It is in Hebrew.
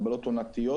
הגבלות עונתיות,